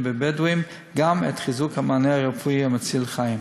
הבדואיים גם את חיזוק המענה הרפואי המציל חיים.